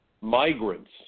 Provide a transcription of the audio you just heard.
migrants